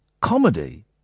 comedy